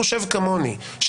כמוני,